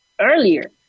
earlier